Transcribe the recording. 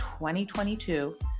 2022